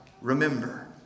Remember